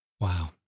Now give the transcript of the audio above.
Wow